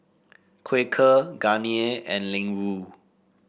Quaker Garnier and Ling Wu